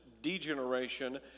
degeneration